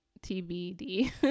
TBD